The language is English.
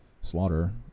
slaughter